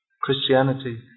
Christianity